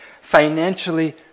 Financially